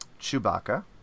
Chewbacca